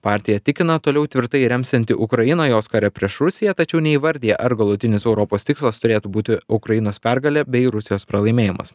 partija tikina toliau tvirtai remsianti ukrainą jos kare prieš rusiją tačiau neįvardija ar galutinis europos tikslas turėtų būti ukrainos pergalė bei rusijos pralaimėjimas